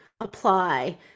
apply